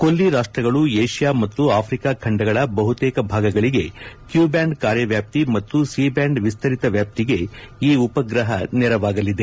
ಕೊಲ್ಲಿ ರಾಷ್ಟ್ರಗಳು ಏಷ್ಯಾ ಮತ್ತು ಅಫ್ರಿಕಾ ಖಂಡಗಳ ಬಹುತೇಕ ಭಾಗಗಳಿಗೆ ಕ್ಯೂಬ್ಯಾಂಡ್ ಕಾರ್ಯವ್ಯಾಪ್ತಿ ಮತ್ತು ಸಿ ಬ್ಯಾಂಡ್ ವಿಸ್ತರಿತ ವ್ಯಾಪ್ತಿಗೆ ಈ ಉಪಗ್ರಹ ನೆರವಾಗಲಿದೆ